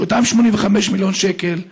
שאותם 85 מיליון שקל,